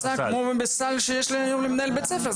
זה נמצא כמו בסל שיש היום למנהל בית ספר,